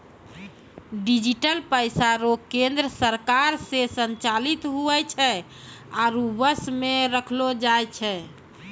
digital पैसा रो केन्द्र सरकार से संचालित हुवै छै आरु वश मे रखलो जाय छै